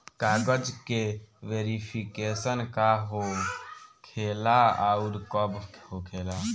कागज के वेरिफिकेशन का हो खेला आउर कब होखेला?